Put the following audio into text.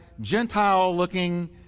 Gentile-looking